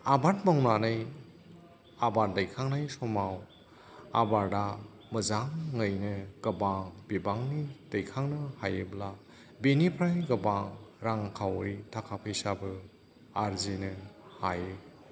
आबाद मावनानै आबाद दैखांनाय समाव आबादआ मोजाङैनो गोबां बिबांनि दैखांनो हायोब्ला बेनिफ्राय गोबां रांखावरि थाखा फैसाबो आरजिनो हायो